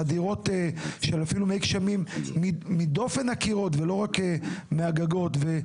חדירות של מי גשמים מדופן הקירות ולא רק מהגגות וכו'.